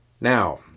Now